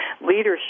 leadership